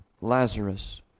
Lazarus